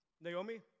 Naomi